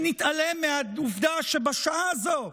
שנתעלם מהעובדה שבשעה הזו,